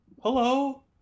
hello